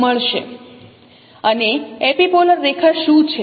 અને એપિપોલર રેખા શું છે